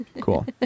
Cool